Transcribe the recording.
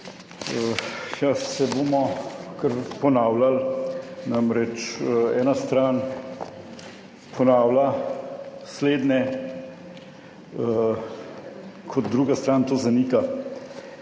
se bomo kar ponavljali. Namreč ena stran ponavlja slednje, kot druga stran to zanika.